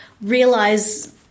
realize